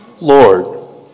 Lord